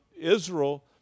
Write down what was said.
Israel